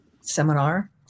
seminar